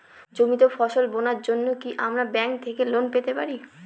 জমিতে ফসল বোনার জন্য কি আমরা ব্যঙ্ক থেকে লোন পেতে পারি?